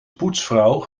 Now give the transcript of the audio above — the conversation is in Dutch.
poetsvrouw